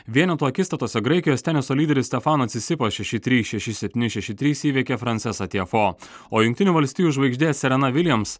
vienetų akistatose graikijos teniso lyderis stefano cisipo šeši trys šeši septyni šeši trys įveikė francasą tjefo o jungtinių valstijų žvaigždės ir serena vilijams